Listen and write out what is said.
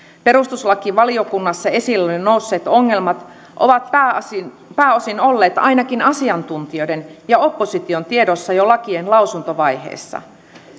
perustuslakivaliokunnassa esille nousseet ongelmat ovat pääosin pääosin olleet ainakin asiantuntijoiden ja opposition tiedossa jo lakien lausuntovaiheessa